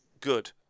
good